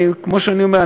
כמו שאני אומר,